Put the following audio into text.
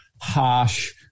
harsh